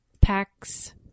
packs